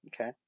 Okay